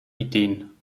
ideen